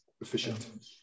efficient